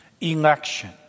election